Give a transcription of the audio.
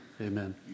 Amen